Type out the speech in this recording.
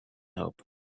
hope